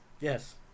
Yes